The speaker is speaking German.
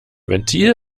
ventil